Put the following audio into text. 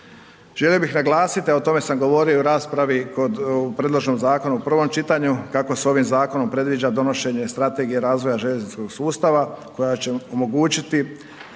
Želio bih naglasiti, a o tome sam govorio i u raspravi kod predloženog zakona u prvom čitanju, kako se ovim zakonom predviđa donošenje strategije razvoja željezničkog sustava koja će omogućiti